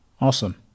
Awesome